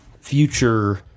future